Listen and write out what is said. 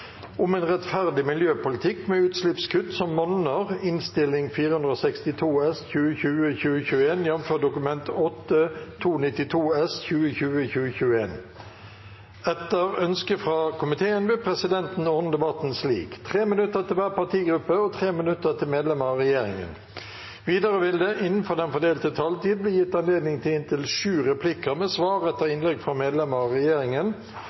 presidenten ordne debatten slik: 3 minutter til hver partigruppe og 3 minutter til medlemmer av regjeringen. Videre vil det – innenfor den fordelte taletid – bli gitt anledning til inntil sju replikker med svar etter innlegg fra medlemmer av regjeringen,